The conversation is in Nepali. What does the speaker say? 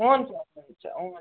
हुन्छ हुन्छ हुन्छ